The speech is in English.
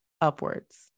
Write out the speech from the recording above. upwards